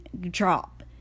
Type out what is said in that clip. drop